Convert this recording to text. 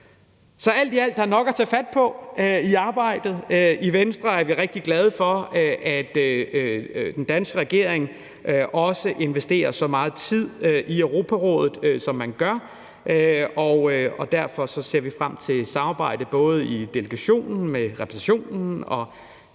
Så alt i alt er der nok at tage fat på i arbejdet. I Venstre er vi rigtig glade for, at den danske regering også investerer så meget tid i Europarådet, som man gør. Derfor ser vi frem til et samarbejde både i delegationen og med repræsentationen og